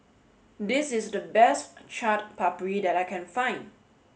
this is the best Chaat Papri that I can find